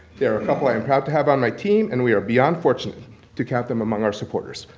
they are a couple i am proud to have on my team and we are beyond fortunate to count them among our supporters.